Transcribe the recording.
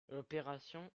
l’opération